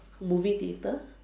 movie theater